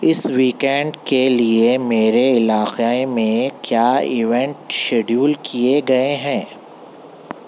اس weekend کے لیے میرے علاقے میں کیا ایونٹ شیڈیول کئے گئے ہیں